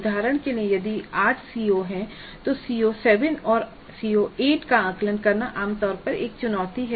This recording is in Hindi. उदाहरण के लिए यदि 8 सीओ हैं तो सीओ 7 और 8 का आकलन करना आम तौर पर एक चुनौती है